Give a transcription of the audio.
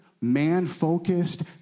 man-focused